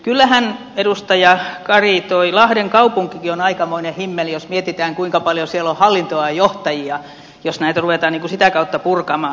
kyllähän edustaja kari tuo lahden kaupunkikin on aikamoinen himmeli jos mietitään kuinka paljon siellä on hallintoa ja johtajia jos näitä ruvetaan sitä kautta purkamaan